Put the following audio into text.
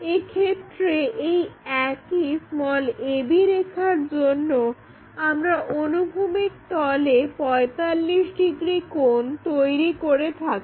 এক্ষেত্রে এই একই ab রেখার জন্য আমরা অনুভূমিক তলে 45 ডিগ্রি কোণ তৈরি করি